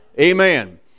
Amen